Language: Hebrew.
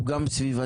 הוא גם סביבתי,